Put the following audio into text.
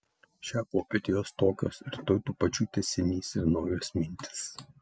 šią popietę jos tokios rytoj tų pačių tęsinys ir naujos mintys